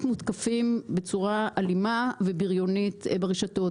מותקפים בצורה אלימה ובריונית ברשתות.